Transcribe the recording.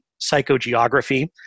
psychogeography